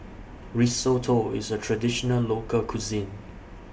Risotto IS A Traditional Local Cuisine